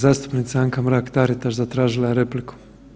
Zastupnica Anka Mrak Taritaš zatražila je repliku.